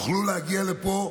תוכל להגיע לפה